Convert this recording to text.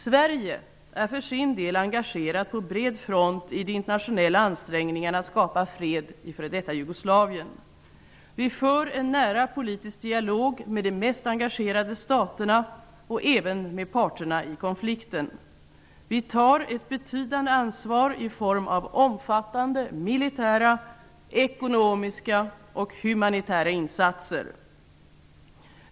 Sverige är för sin del engagerat på bred front i de internationella ansträngningarna att skapa fred i f.d. Jugoslavien. Vi för en nära politisk dialog med de mest engagerade staterna och även med parterna i konflikten. Vi tar ett betydande ansvar i form av omfattande militära, ekonomiska och humanitära insatser.